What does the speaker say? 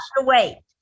wait